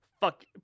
fuck